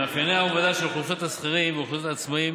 מאפייני העבודה של אוכלוסיית השכירים ואוכלוסיית העצמאים